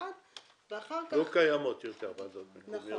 במוסד ואחר כך --- לא קיימות יותר ועדות מקומיות.